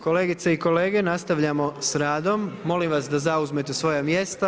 Kolegice i kolege, nastavljamo s radom, molim vas da zauzmete svoja mjesta.